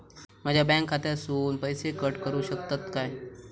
माझ्या बँक खात्यासून पैसे कट करुक शकतात काय?